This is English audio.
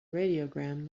radiogram